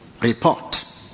report